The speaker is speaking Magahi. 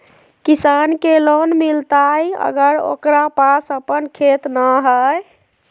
किसान के लोन मिलताय अगर ओकरा पास अपन खेत नय है?